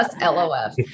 LOF